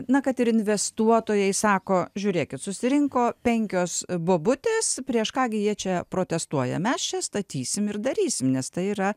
na kad ir investuotojai sako žiūrėkit susirinko penkios bobutės prieš ką gi jie čia protestuoja mes čia statysim ir darysim nes tai yra